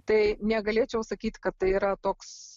tai negalėčiau sakyt kad tai yra toks